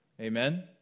Amen